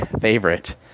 favorite